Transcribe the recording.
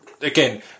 again